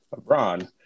LeBron